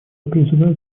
призываю